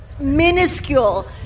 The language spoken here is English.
minuscule